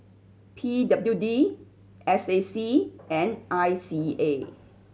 P W D S A C and I C A